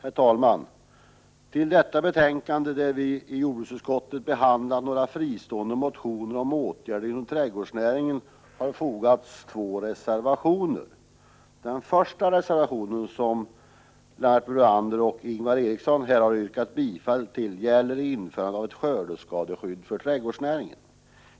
Herr talman! Till detta betänkande, där jordbruksutskottet behandlar några fristående motioner om åtgärder inom trädgårdsnäringen, har fogats två reservationer. Den första reservationen, som Lennart Brunander och Ingvar Eriksson här har yrkat bifall till, gäller införande av ett skördeskadeskydd för trädgårdsnäringen.